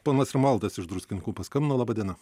ponas romualdas iš druskininkų paskambino laba diena